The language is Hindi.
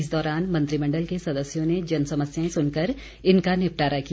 इस दौरान मंत्रिमण्डल के सदस्यों ने जन समस्याएं सुनकर इनका निपटारा किया